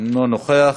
אינו נוכח.